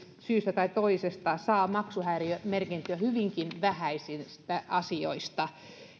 syystä tai toisesta saavat maksuhäiriömerkintöjä hyvinkin vähäisistä asioista